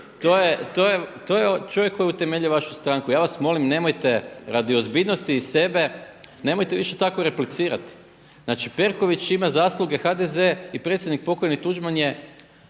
To je čovjek koji je utemeljio vašu stranku. Ja vas molim nemojte radi ozbiljnosti i sebe, nemojte više tako replicirati. Znači Perković ima zasluge HDZ i predsjednik pokojni Tuđman je